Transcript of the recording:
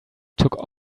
took